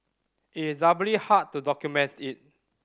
it is doubly hard to document it